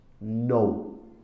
no